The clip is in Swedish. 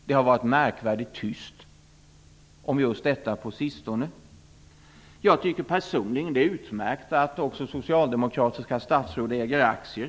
Det har varit märkvärdigt tyst om just detta på sistone. Jag tycker personligen att det är utmärkt att också socialdemokratiska statsråd äger aktier.